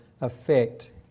effect